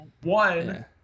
one